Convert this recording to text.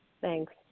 Thanks